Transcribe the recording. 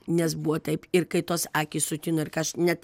nes buvo taip ir kai tos akys sutino ir ką aš net